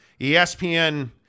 ESPN